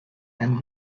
and